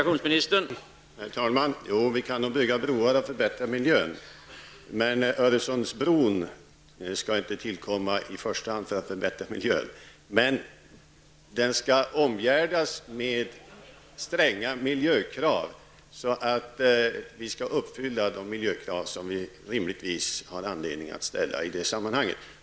Herr talman! Jo, vi kan nog bygga broar och förbättra miljön, men Öresundsbron skall inte tillkomma i första hand för att förbättra miljön. Den skall dock omgärdas med stränga miljökrav, som uppfyller de villkor som vi rimligtvis har anledning att ställa i det sammanhanget.